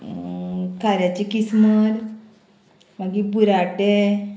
खाऱ्याची किस्मूर मागीर बुरांटे